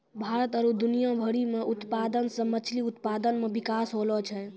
भारत आरु दुनिया भरि मे उत्पादन से मछली उत्पादन मे बिकास होलो छै